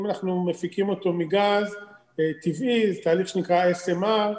אם אנחנו מפיקים אותו מגז טבעי זה תהליך שנקרא SMR,